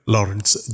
Lawrence